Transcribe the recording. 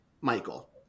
Michael